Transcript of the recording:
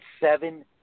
seven